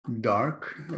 dark